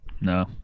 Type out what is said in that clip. No